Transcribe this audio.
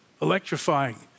electrifying